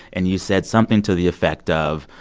and you said something to the effect of,